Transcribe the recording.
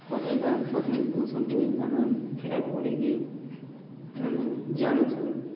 ପଠାଇ ବା ପଠାଇ ଦେଉଛନ୍ତି ଆମେ ସେଇଟା ପଢ଼ିକି ଆମେ ଜାଣୁଛୁ